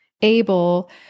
able